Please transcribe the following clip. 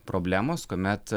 problemos kuomet